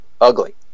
ugly